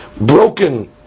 broken